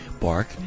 bark